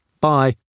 Bye